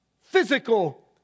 physical